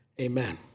amen